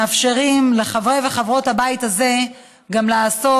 מאפשר לחברי וחברות הבית הזה גם לעשות